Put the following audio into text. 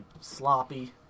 sloppy